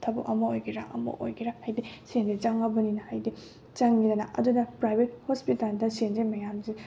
ꯊꯕꯛ ꯑꯃ ꯑꯣꯏꯒꯦꯔ ꯑꯃ ꯑꯣꯏꯒꯦꯔ ꯍꯥꯏꯗꯤ ꯁꯦꯟꯁꯤ ꯆꯪꯉꯕꯅꯤꯅ ꯍꯥꯏꯗꯤ ꯆꯪꯉꯤꯗꯅ ꯑꯗꯨꯅ ꯄ꯭ꯔꯥꯏꯕꯦꯠ ꯍꯣꯁꯄꯤꯇꯥꯜꯗ ꯁꯦꯟꯁꯦ ꯃꯌꯥꯝꯁꯦ